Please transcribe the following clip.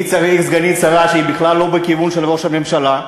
מי צריך סגנית שר שהיא בכלל לא בכיוון של ראש הממשלה?